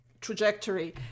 trajectory